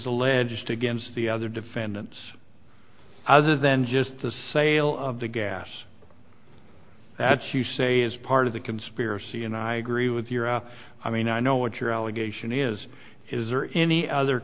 alleged against the other defendants other than just the sale of the gas that's you say is part of the conspiracy and i agree with your i mean i know what your allegation is is or any other